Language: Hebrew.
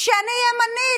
שאני ימנית,